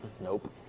nope